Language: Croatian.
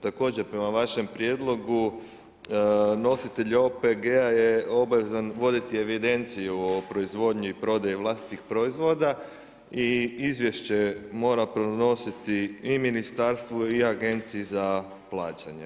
Također prema vašem prijedlogu nositelj OPG-a je obvezan voditi evidenciju o proizvodnji i prodaji vlastitih proizvoda i izvješće mora podnositi i ministarstvu i Agenciji za plaćanje.